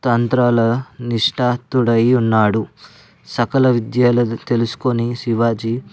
తంత్రాల నిష్ణాతుడయి ఉన్నాడు సకల విద్యలు తెలుసుకొని శివాజీ